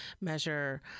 measure